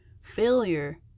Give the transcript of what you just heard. failure